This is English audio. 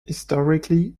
historically